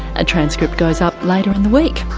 a transcript goes up later in the week.